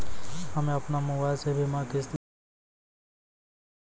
हम्मे अपन मोबाइल से बीमा किस्त जमा करें सकय छियै?